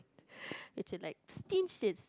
which is like